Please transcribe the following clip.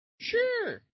Sure